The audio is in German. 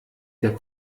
der